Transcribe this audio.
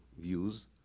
views